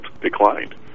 declined